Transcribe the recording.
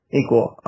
equal